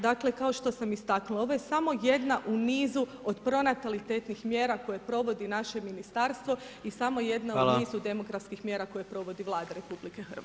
Dakle kao što sam istaknula ovo je samo jedna u nizu od pronatalitetnih mjera koje provodi naše ministarstvo i samo jedna u nizu demografskih mjera koje provodi Vlada RH.